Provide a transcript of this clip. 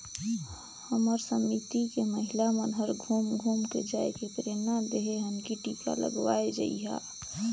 हमर समिति के महिला मन हर घुम घुम के जायके प्रेरना देहे हन की टीका लगवाये जइहा